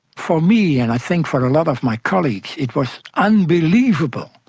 for me, and i think for a lot of my colleagues, it was unbelievable,